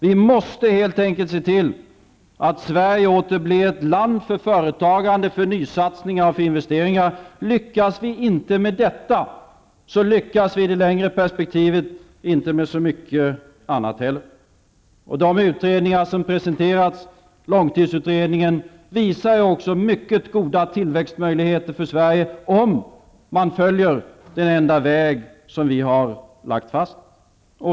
Vi måste helt enkelt se till att Sverige åter blir ett land för företagande, nysatsningar och investeringar. Lyckas vi inte med detta, kommer vi i det längre perspektivet inte att lyckas med så mycket annat heller. De utredningar som har presenterats, långtidsutredningen, visar på mycket goda tillväxtmöjligheter för Sverige, om man följer den enda vägen som vi har lagt fast.